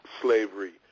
slavery